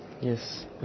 Yes